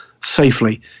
safely